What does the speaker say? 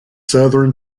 southern